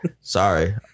Sorry